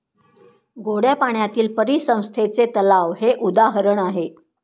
गोड्या पाण्यातील परिसंस्थेचे तलाव हे उदाहरण आहे